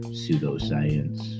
pseudoscience